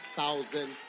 thousand